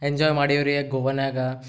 enjoy ಮಾಡೀವಿ ರಿ ಗೋವಾನಾಗ